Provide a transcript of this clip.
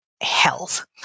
health